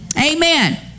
Amen